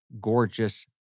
gorgeous